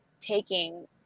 taking